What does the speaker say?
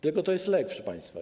Tylko to jest lek, proszę państwa.